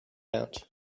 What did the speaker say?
out